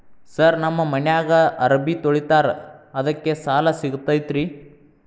Sir ನಮ್ಮ ಮನ್ಯಾಗ ಅರಬಿ ತೊಳಿತಾರ ಅದಕ್ಕೆ ಸಾಲ ಸಿಗತೈತ ರಿ?